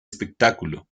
espectáculo